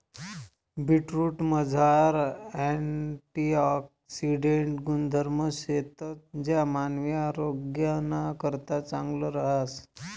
बीटरूटमझार अँटिऑक्सिडेंट गुणधर्म शेतंस ज्या मानवी आरोग्यनाकरता चांगलं रहास